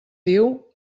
diu